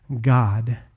God